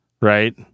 Right